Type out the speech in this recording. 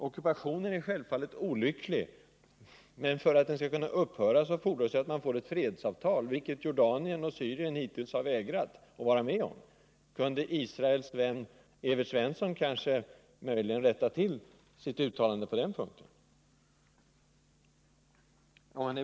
Ockupationen är självfallet olycklig, men för att den skall kunna upphöra fordras att man får till stånd ett fredsavtal, vilket Jordanien och Syrien hittills har vägrat att vara med om. Kunde Israels vän Evert Svensson möjligen rätta till sitt uttalande på den punkten?